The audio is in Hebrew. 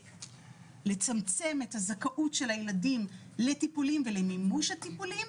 לצמצם את הזכאות של הילדים לטיפולים ולמימוש הטיפולים.